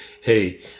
hey